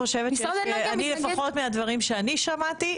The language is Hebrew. לפחות מהדברים שאני שמעתי,